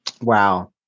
Wow